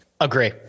Agree